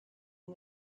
and